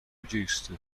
reduced